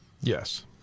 Yes